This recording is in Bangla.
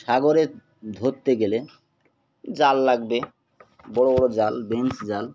সাগরে ধরতে গেলে জাল লাগবে বড়ো বড়ো জাল বেঞ্স জাল